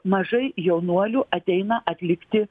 mažai jaunuolių ateina atlikti